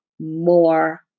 more